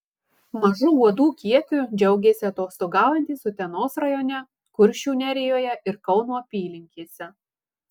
mažu uodų kiekiu džiaugėsi atostogaujantys utenos rajone kuršių nerijoje ir kauno apylinkėse